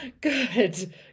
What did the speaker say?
Good